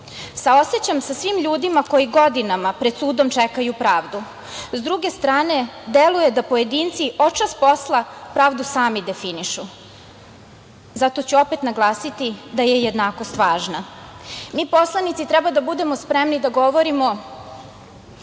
Saosećam se sa svim ljudima koji godinama pred sudom čekaju pravdu. Sa druge strane, deluje da pojedinci očas posla pravdu sami definišu. Zato ću opet naglasiti da je jednakost važna. Mi poslanici treba da budemo spremni da govorimo